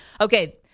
Okay